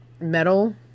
metal